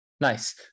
Nice